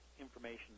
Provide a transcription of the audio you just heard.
information